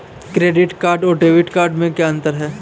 Credit card और debit card में क्या अंतर है?